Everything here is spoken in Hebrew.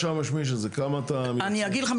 לא, לא צריך יותר מדי ארוך, שפיגלר.